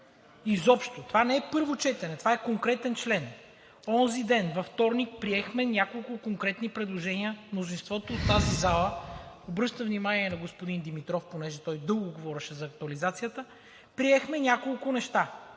Изобщо! Това не е първо четене, това е конкретен член. Онзи ден, във вторник, приехме няколко конкретни предложения – мнозинството от тази зала обръща внимание на господин Димитров, понеже той дълго говореше за актуализацията, приехме няколко неща.